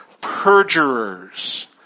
perjurers